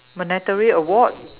monetary award